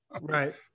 Right